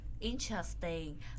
interesting